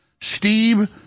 Steve